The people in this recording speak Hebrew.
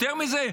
יותר מזה,